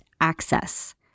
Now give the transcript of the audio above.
access